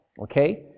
Okay